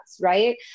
right